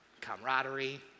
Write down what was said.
camaraderie